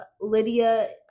lydia